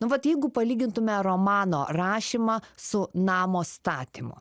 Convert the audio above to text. nu vat jeigu palygintume romano rašymą su namo statymu